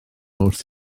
wrth